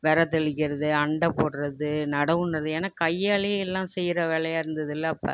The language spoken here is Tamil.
வெதை தெளிக்கிறது அண்டை போடுறது நடவு நடுவது ஏனால் கையாலையே எல்லாம் செய்கிற வேலையாக இருந்ததுல அப்போ